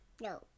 No